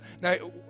Now